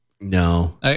No